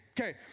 Okay